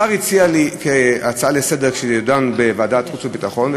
השר הציע לי הצעה לסדר-היום שתידון בוועדת חוץ וביטחון,